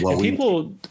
People